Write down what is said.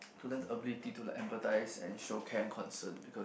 to learn ability to like emphasize and show care concern because